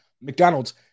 McDonald's